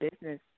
business